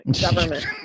government